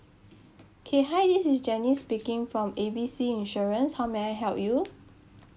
okay hi this is janice speaking from A B C insurance how may I help you